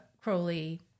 Crowley